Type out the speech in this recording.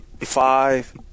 Five